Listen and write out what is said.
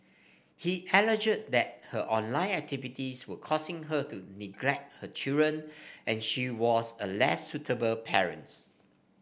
he alleged that her online activities were causing her to neglect her children and she was a less suitable parent